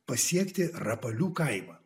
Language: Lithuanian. pasiekti rapalių kaimą